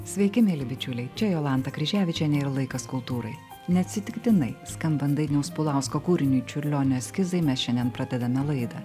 sveiki mieli bičiuliai čia jolanta kryževičienė ir laikas kultūrai neatsitiktinai skambant dainiaus pulausko kūriniui čiurlionio eskizai mes šiandien pradedame laidą